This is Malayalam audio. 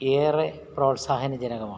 ഏറെ പ്രോത്സാഹനജനകമാണ്